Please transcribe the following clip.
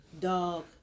dog